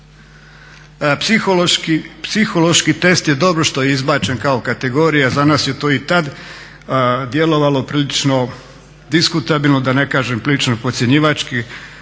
Psihološki test je dobro što je izbačen kao kategorija. Za nas je to i tad djelovalo prilično diskutabilno, da ne kažem prilično podcjenjivački.